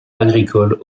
agricole